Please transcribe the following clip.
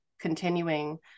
continuing